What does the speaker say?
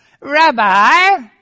Rabbi